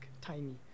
tiny